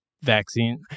vaccine